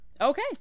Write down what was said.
Okay